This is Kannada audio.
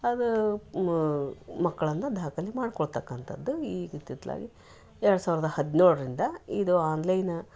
ಅದು ಮ್ ಮಕ್ಕಳನ್ನ ದಾಖಲೆ ಮಾಡ್ಕೊಳ್ತಕ್ಕಂಥದ್ದು ಈಗ ಇತ್ತಿತ್ತಲಾಗೆ ಎರಡು ಸಾವಿರದ ಹದಿನೇಳರಿಂದ ಇದು ಆನ್ಲೈನ್